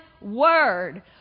word